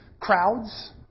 crowds